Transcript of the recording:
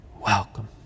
welcome